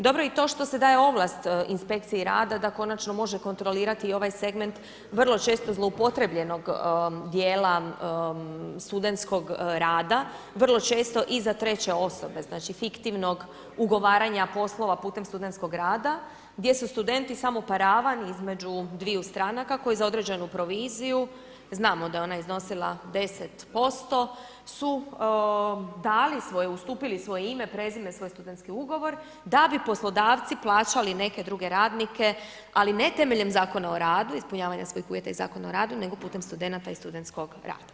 Dobro je i to što se daje ovlast inspekciji rada da konačno može kontrolirati ovaj segment vrlo često zloupotrebljenog dijela studentskog rada, vrlo često i za treće osobe znači fiktivnog ugovaranja poslova putem studentskog rada gdje su studeni samo paravan između dviju stranaka koji za određenu proviziju znamo da je ona iznosila 10% su dali ustupili svoje ime, prezime svoje studentske ugovor da bi poslodavci plaćali neke druge radnike ali ne temeljem Zakona o radu, ispunjavanja svojih uvjeta iz Zakona o radu, nego putem studenata i studentskog rada.